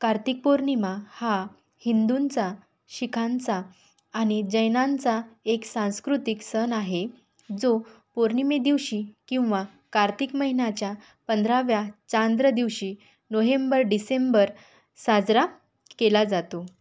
कार्तिक पौर्णिमा हा हिंदूंचा शीखांचा आणि जैनांचा एक सांस्कृतिक सण आहे जो पौर्णिमेदिवशी किंवा कार्तिक महिन्याच्या पंधराव्या चांद्र दिवशी नोहेंबर डिसेंबर साजरा केला जातो